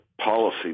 policy